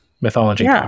Mythology